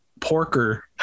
porker